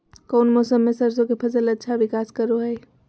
कौन मौसम मैं सरसों के फसल अच्छा विकास करो हय?